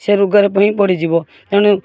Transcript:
ସିଏ ରୋଗରେ ହିଁ ପଡ଼ିଯିବ ତେଣୁ